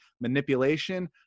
manipulation